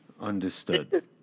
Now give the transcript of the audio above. Understood